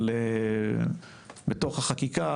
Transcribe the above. אבל בתוך החקיקה,